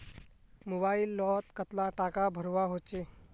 Mobile लोत कतला टाका भरवा होचे?